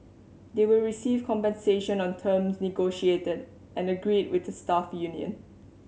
they will receive compensation on terms negotiated and agreed with the staff union